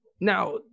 now